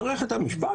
מערכת המשפט,